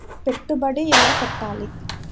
పెట్టుబడి ఎలా పెట్టాలి?